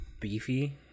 beefy